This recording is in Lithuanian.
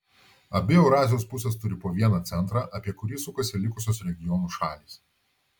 abi eurazijos pusės turi po vieną centrą apie kurį sukasi likusios regionų šalys